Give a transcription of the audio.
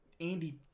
Andy